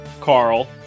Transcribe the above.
Carl